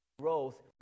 growth